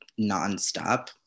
nonstop